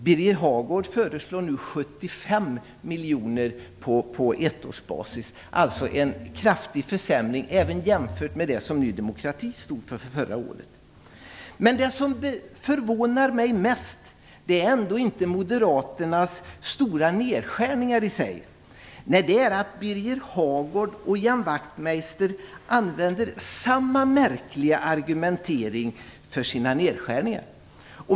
Birger Hagård föreslår nu 75 miljoner på ettårsbasis - en kraftig försämring, även jämfört med det som Ny demokrati förra året stod för. Det som förvånar mig mest är ändå inte Moderaternas stora nedskärningar i sig. Det är att Birger Hagård och Ian Wachtmeister använder samma märkliga argumentering för sina nedskärningar.